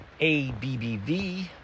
ABBV